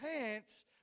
pants